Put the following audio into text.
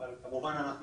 אבל כמובן ברגע